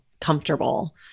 comfortable